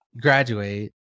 graduate